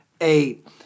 eight